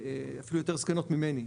אפילו יותר זקנות ממני,